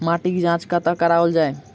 माटिक जाँच कतह कराओल जाए?